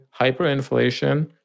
hyperinflation